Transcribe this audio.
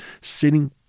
sitting